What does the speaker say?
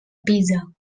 pisa